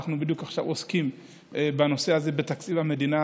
ואנחנו בדיוק עכשיו עוסקים בנושא הזה בתקציב המדינה,